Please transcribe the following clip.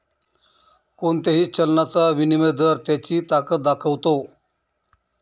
कोणत्याही चलनाचा विनिमय दर त्याची ताकद दाखवतो